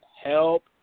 help